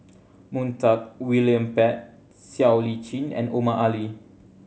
Montague William Pett Siow Lee Chin and Omar Ali